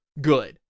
good